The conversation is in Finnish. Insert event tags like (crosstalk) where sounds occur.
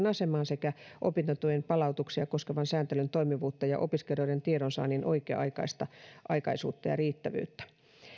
(unintelligible) asemaan sekä opintotuen palautuksia koskevan sääntelyn toimivuutta ja opiskelijoiden tiedonsaannin oikea aikaisuutta ja riittävyyttä